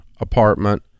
apartment